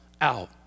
out